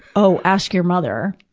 oh, ask your mother.